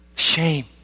shame